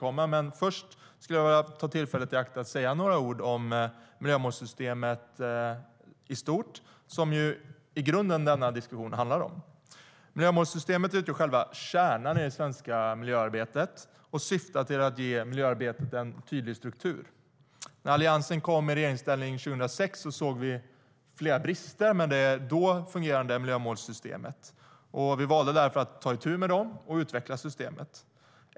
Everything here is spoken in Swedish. När Alliansen kom i regeringsställning 2006 såg vi flera brister med det dåvarande miljömålssystemet. Vi valde därför att ta itu med dem och utveckla systemet.